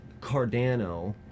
Cardano